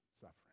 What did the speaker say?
suffering